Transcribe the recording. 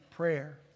Prayer